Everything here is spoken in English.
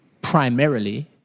primarily